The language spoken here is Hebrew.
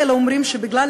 דקה.